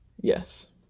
Yes